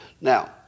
Now